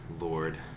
lord